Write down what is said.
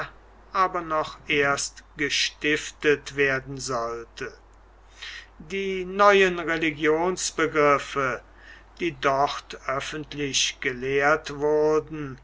aber noch erst gestiftet werden sollte die neuen religionsbegriffe die dort öffentlich gelehrt wurden